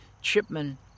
Chipman